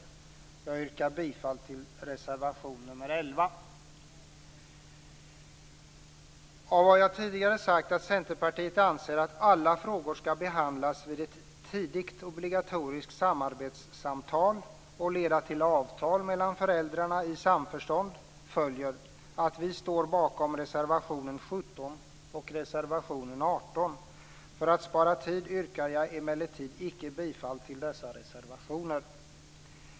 Jag yrkar bifall till reservation nr 11. Av vad jag tidigare sagt, att Centerpartiet anser att alla frågor skall behandlas vid ett tidigt obligatoriskt samarbetssamtal och leda till avtal mellan föräldrarna i samförstånd, följer att vi står bakom reservationerna 17 och 18. För att spara tid yrkar jag emellertid icke bifall till dessa reservationer.